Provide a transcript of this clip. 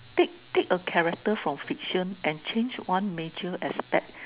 take take a character from fiction and change one major aspect